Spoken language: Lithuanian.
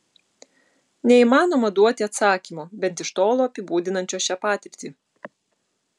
neįmanoma duoti atsakymo bent iš tolo apibūdinančio šią patirtį